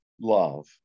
love